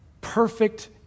perfect